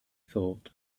thought